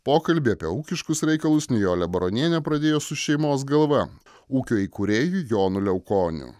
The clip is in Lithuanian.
pokalbį apie ūkiškus reikalus nijolė baronienė pradėjo su šeimos galva ūkio įkūrėju jonu liaukoniu